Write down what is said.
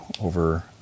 over